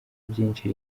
byinshi